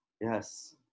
Yes